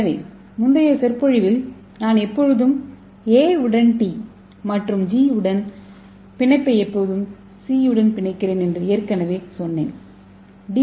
எனவே முந்தைய சொற்பொழிவில் நான் எப்போதும் A உடன் டி மற்றும் ஜி உடன் பிணைப்பை எப்போதும் சி உடன் பிணைக்கிறேன் என்று நான் ஏற்கனவே சொன்னேன் டி